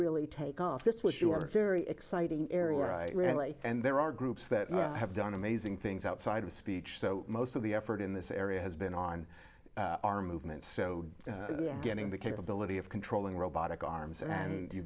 really take off this was your very exciting area where i really and there are groups that have done amazing things outside of speech so most of the effort in this area has been on our movement so getting the capability of controlling robotic arms and you